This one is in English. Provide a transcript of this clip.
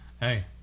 Hey